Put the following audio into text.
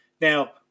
Now